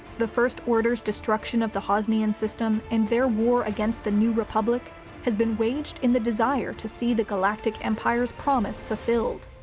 the first order's destruction of the hosnian system and their war against the new republic has been waged in the desire to see the galactic empire's promise fulfilled.